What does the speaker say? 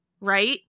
right